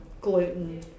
gluten